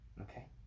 Okay